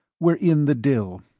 we're in the dill.